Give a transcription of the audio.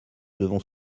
devons